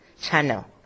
channel